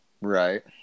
Right